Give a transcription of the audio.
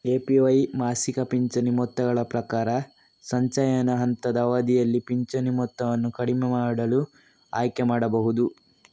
APY ಮಾಸಿಕ ಪಿಂಚಣಿ ಮೊತ್ತಗಳ ಪ್ರಕಾರ, ಸಂಚಯನ ಹಂತದ ಅವಧಿಯಲ್ಲಿ ಪಿಂಚಣಿ ಮೊತ್ತವನ್ನು ಕಡಿಮೆ ಮಾಡಲು ಆಯ್ಕೆ ಮಾಡಬಹುದು